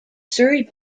surrey